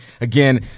Again